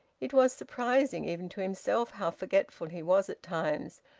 it was surprising even to himself, how forgetful he was at times,